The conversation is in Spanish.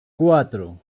cuatro